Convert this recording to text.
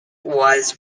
was